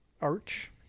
Arch